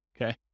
okay